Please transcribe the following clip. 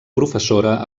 professora